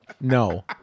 No